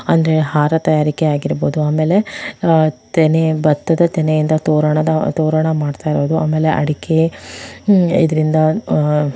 ಅಂದರೆ ಹಾರ ತಯಾರಿಕೆ ಆಗಿರಬಹುದು ಆಮೇಲೆ ತೆನೆ ಭತ್ತದ ತೆನೆಯಿಂದ ತೋರಣದ ತೋರಣ ಮಾಡ್ತಾ ಇರೋದು ಆಮೇಲೆ ಅಡಿಕೆ ಇದರಿಂದ